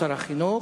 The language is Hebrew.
שר החינוך.